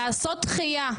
לעשות דחייה,